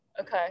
Okay